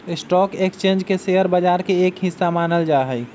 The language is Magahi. स्टाक एक्स्चेंज के शेयर बाजार के एक हिस्सा मानल जा हई